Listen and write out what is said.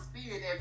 Spirit